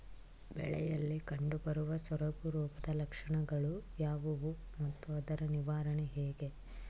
ಬೆಳೆಯಲ್ಲಿ ಕಂಡುಬರುವ ಸೊರಗು ರೋಗದ ಲಕ್ಷಣಗಳು ಯಾವುವು ಮತ್ತು ಅದರ ನಿವಾರಣೆ ಹೇಗೆ?